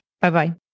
Bye-bye